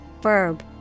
verb